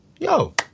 Yo